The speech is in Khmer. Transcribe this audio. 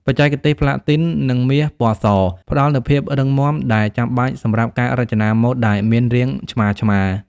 បច្ចេកទេសប្លាទីន និងមាសពណ៌ស ផ្ដល់នូវភាពរឹងមាំដែលចាំបាច់សម្រាប់ការរចនាម៉ូដដែលមានរាងឆ្មារៗ។